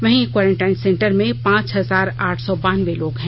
वहीं quarantine centre में पांच हजार आठ सौ बानबे लोग हैं